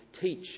teach